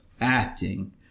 acting